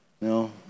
No